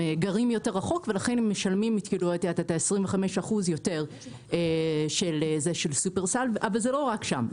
הם גרים יותר רחוק ולכן הם משלמים 25% יותר אבל זה לא רק שם,